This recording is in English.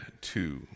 two